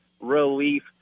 relief